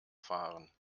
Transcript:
fahren